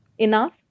Enough